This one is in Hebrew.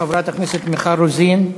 חברת הכנסת מיכל רוזין.